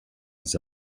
his